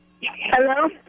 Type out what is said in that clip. Hello